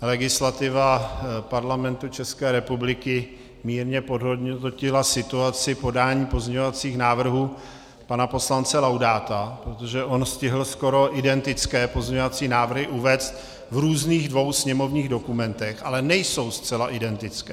Legislativa Parlamentu České republiky mírně podhodnotila situaci podáním pozměňovacích návrhů pana poslance Laudáta, protože on stihl skoro identické pozměňovací uvést v různých dvou sněmovních dokumentech, ale nejsou zcela identické.